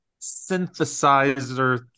synthesizer